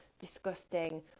disgusting